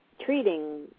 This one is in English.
treating